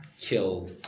kill